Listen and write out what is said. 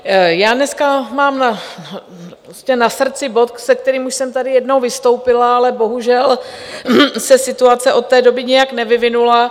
Já dnes mám na srdci bod, se kterým už jsem tady jednou vystoupila, ale bohužel se situace od té doby nějak nevyvinula.